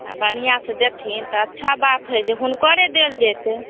आओर बढ़िआँसँ देथिन तऽ अच्छा बात हइ जे हुनकरे देल जेतै